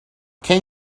can